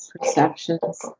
perceptions